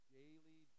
daily